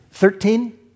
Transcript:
Thirteen